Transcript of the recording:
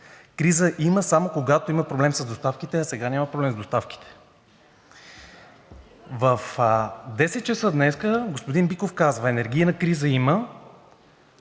Криза има само когато има проблем с доставките, а сега няма проблем с доставките.“ В 10,00 ч. днес господин Биков казва: „Енергийна криза има,